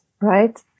right